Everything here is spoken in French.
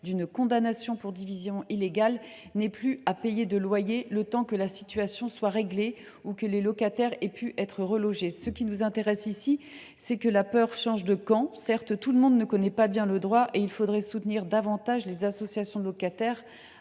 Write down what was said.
d’une condamnation pour division illégale n’aient plus à payer de loyer le temps que la situation soit réglée ou que les locataires aient pu être relogés. Il faut que la peur change de camp ! Certes, tout le monde ne connaît pas bien le droit et il faudrait soutenir davantage les associations de locataires